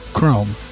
Chrome